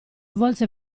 volse